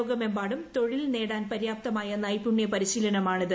ലോകമെമ്പാടും തൊഴിൽ നേടാൻ പര്യാപ്തമായ നൈപുണ്യ പരിശീലനമാണിത്